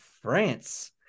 france